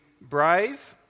brave